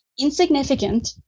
insignificant